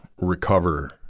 recover